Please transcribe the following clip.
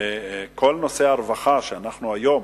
ובכל נושא הרווחה, כשאנחנו היום